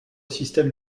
système